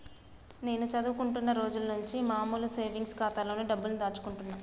నేను చదువుకుంటున్న రోజులనుంచి మామూలు సేవింగ్స్ ఖాతాలోనే డబ్బుల్ని దాచుకుంటున్నా